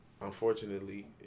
unfortunately